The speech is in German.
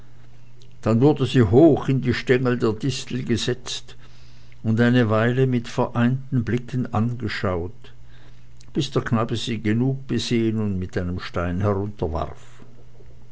dann wurde sie hoch in die stengel der distel gesetzt und eine weile mit vereinten blicken angeschaut bis der knabe sie genugsam besehen und mit einem steine